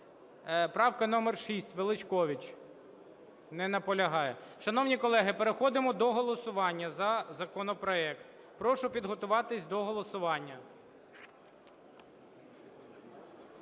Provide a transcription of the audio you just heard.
Правка номер 6, Величкович. Не наполягає. Шановні колеги, переходимо до голосування за законопроект, прошу підготуватись до голосування.